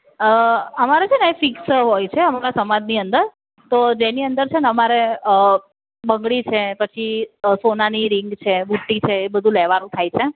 અઅ અમારે છે ને ફિક્સ હોય છે અમારા સમાજની અંદર તો જેની અંદર છે ને અમારે અ બંગડી છે પછી સોનાની રિંગ છે બુટ્ટી છે એ બધું લેવાનું થાય છે